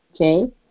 okay